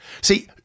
See-